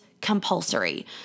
compulsory